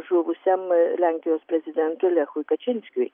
žuvusiam lenkijos prezidentui lechui kačinskiui